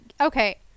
Okay